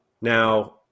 Now